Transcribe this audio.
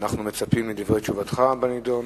אנחנו מצפים לדברי תשובתך בנדון.